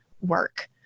work